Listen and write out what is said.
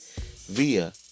via